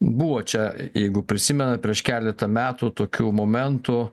buvo čia jeigu prisimenat prieš keletą metų tokių momentų